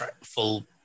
full